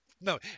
No